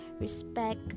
respect